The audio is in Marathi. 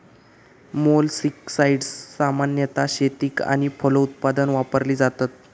मोलस्किसाड्स सामान्यतः शेतीक आणि फलोत्पादन वापरली जातत